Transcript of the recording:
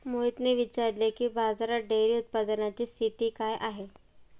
मोहितने विचारले की, भारतात डेअरी उत्पादनाची स्थिती काय आहे?